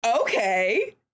Okay